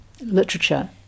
literature